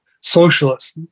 socialist